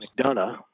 McDonough